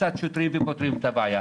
קצת שוטרים ופותרים את הבעיה.